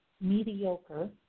mediocre